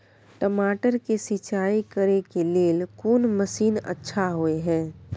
टमाटर के सिंचाई करे के लेल कोन मसीन अच्छा होय है